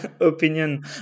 opinion